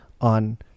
on